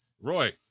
Roy